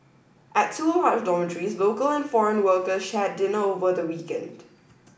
at two large dormitories local and foreign worker shared dinner over the weekend